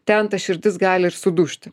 ten ta širdis gali ir sudužti